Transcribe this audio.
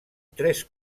tres